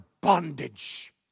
bondage